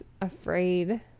afraid